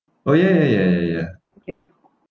oh ya ya ya ya ya